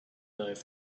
dive